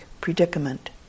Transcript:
predicament